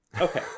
Okay